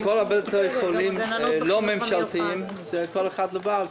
בכל בתי החולים הלא ממשלתיים זה כל אחד לבד.